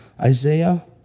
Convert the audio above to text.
Isaiah